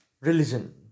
religion